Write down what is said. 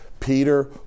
Peter